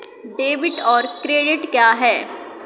Debit और credit क्या है?